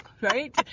right